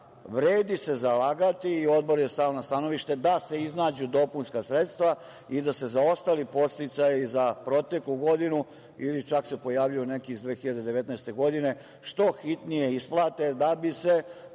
vredi zalagati i Odbor je stao na stanovište da se iznađu dopunska sredstva i da se zaostali podsticaji za proteklu godinu, ili čak se pojavljuju neki iz 2019. godine, što hitnije isplate, da bi se